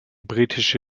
britische